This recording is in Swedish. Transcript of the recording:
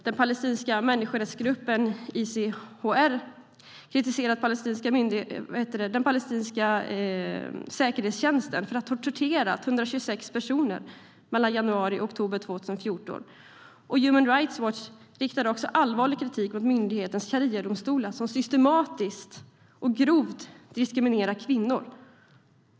Den palestinska människorättsgruppen ICHR har till exempel kritiserat den palestinska säkerhetstjänsten för att ha torterat 126 personer mellan januari och oktober 2014. Human Rights Watch riktar också allvarlig kritik mot myndighetens shariadomstolar, som systematiskt och grovt diskriminerar kvinnor.